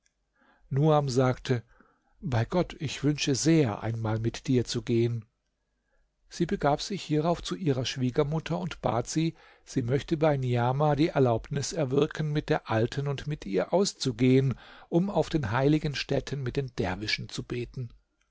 nuam sagte bei gott ich wünsche sehr einmal mit dir zu gehen sie begab sich hierauf zu ihrer schwiegermutter und bat sie sie möchte bei niamah die erlaubnis erwirken mit der alten und mit ihr auszugehen um auf den heiligen stätten mit den derwischen zu beten